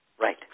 Right